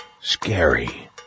scary